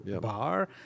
bar